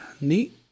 Neat